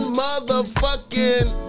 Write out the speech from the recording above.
motherfucking